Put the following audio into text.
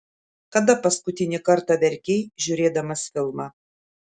kada paskutinį kartą verkei žiūrėdamas filmą